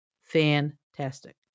fantastic